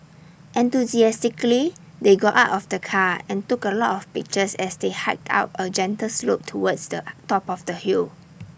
enthusiastically they got out of the car and took A lot of pictures as they hiked up A gentle slope towards the top of the hill